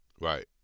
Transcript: right